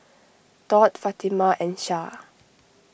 Daud Fatimah and Shah